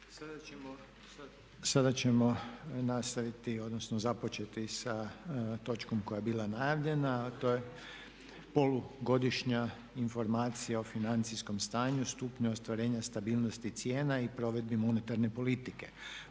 Sada ćemo nastaviti, odnosno započeti sa točkom koja je bila najavljena a to je - Polugodišnja informacija o financijskom stanju, stupnju ostvarenja stabilnosti cijena i provedbi monetarne politike